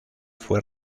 fue